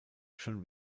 schon